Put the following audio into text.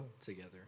together